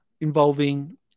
involving